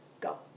go